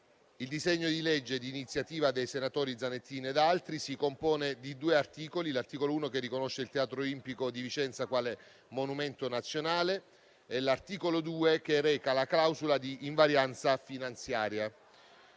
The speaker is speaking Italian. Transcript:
Il disegno di legge, d'iniziativa del senatore Zanettin e di altri senatori, si compone di due articoli: l'articolo 1, che riconosce il Teatro Olimpico di Vicenza quale monumento nazionale, e l'articolo 2, che reca la clausola di invarianza finanziaria.